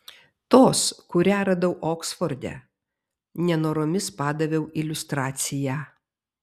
tos kurią radau oksforde nenoromis padaviau iliustraciją